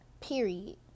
Period